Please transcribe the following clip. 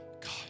God